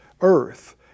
earth